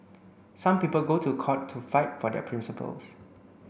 some people go to court to fight for their principles